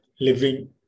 living